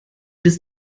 bis